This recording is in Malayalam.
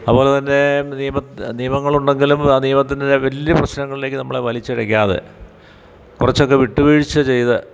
അതുപോലെതന്നെ നിയമത് നിയമങ്ങളുണ്ടങ്കിലും ആ നിയമത്തിൻ്റെ വലിയ പ്രശ്നങ്ങളിലേക്ക് നമ്മളെ വലിച്ചിഴയ്ക്കാതെ കുറച്ചൊക്കെ വിട്ടുവീഴ്ച ചെയ്ത്